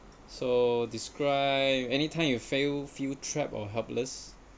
so describe anytime you feel feel trapped or helpless